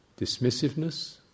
dismissiveness